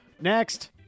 Next